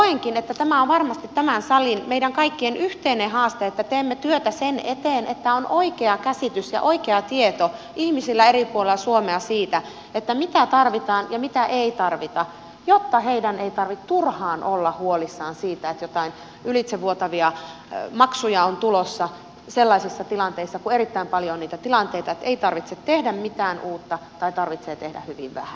koenkin että tämä on varmasti tämän salin meidän kaikkien yhteinen haaste että teemme työtä sen eteen että on oikea käsitys ja oikea tieto ihmisillä eri puolella suomea siitä mitä tarvitaan ja mitä ei tarvita jotta heidän ei tarvitse turhaan olla huolissaan siitä että jotain ylitsevuotavia maksuja on tulossa sellaisessa tilanteessa kun erittäin paljon on niitä tilanteita että ei tarvitse tehdä mitään uutta tai tarvitsee tehdä hyvin vähän